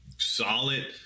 solid